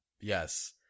yes